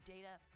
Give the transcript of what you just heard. data